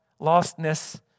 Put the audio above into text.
lostness